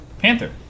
panther